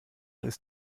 ist